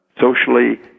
socially